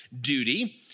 duty